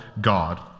God